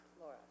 Laura